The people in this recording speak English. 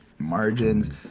margins